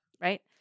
right